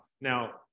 now